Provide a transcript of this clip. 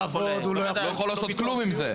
הוא לא יכול לעבוד ולא לעשות כלום עם זה,